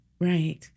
Right